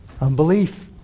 Unbelief